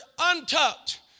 untucked